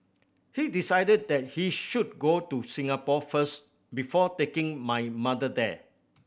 he decided that he should go to Singapore first before taking my mother there